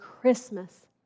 Christmas